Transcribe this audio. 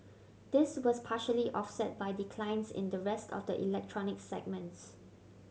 this was partially offset by declines in the rest of the electronic segments